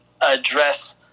address